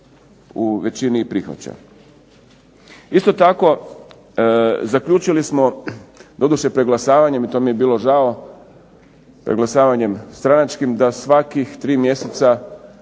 u većini i prihvaća. Isto tako, zaključili smo doduše preglasavanjem i to mi je bilo žao, preglasavanjem stranačkim da svakih tri mjeseca